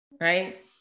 right